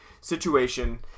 situation